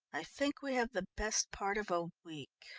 i think we have the best part of a week.